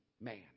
man